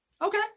Okay